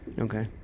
Okay